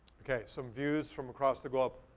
okay, some views from across the globe.